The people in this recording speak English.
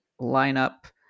lineup